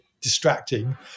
distracting